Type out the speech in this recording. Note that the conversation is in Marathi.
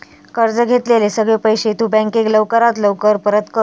कर्ज घेतलेले सगळे पैशे तु बँकेक लवकरात लवकर परत कर